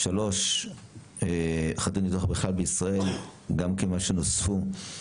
אז השאלה אם זה נכנס או לא נכנס.